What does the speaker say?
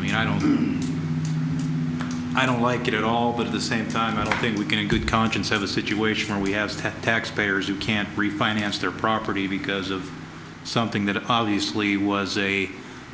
i mean i don't i don't like it at all but at the same time i don't think we can in good conscience have a situation where we have had taxpayers who can't refinance their property because of something that obviously was a